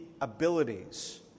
abilities